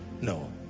No